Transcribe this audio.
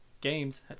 games